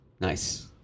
Nice